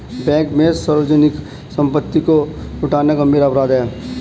bank में सार्वजनिक सम्पत्ति को लूटना गम्भीर अपराध है